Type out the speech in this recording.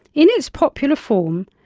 in its popular form,